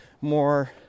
more